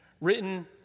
written